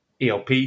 ELP